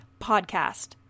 podcast